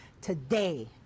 today